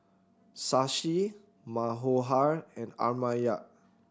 Shashi Manohar and Amartya